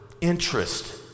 interest